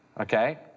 Okay